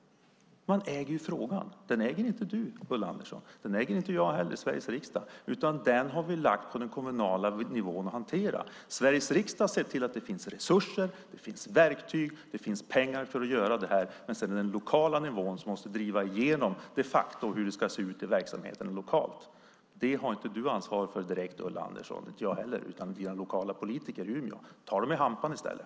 De äger frågan. Det är inte du eller jag som äger den frågan här i Sveriges riksdag, Ulla Andersson. Den har vi lagt på den kommunala nivån. Sveriges riksdag ser till att det finns resurser, verktyg och pengar för att göra detta, men sedan är det den lokala nivån som måste driva igenom hur det ska se ut i verksamheten lokalt. Det har inte du eller jag ansvaret för, Ulla Andersson, utan det har dina lokala politiker i Umeå. Ta dem i hampan i stället!